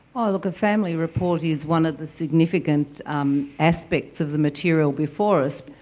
oh look, a family report is one of the significant um aspects of the material before us,